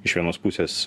iš vienos pusės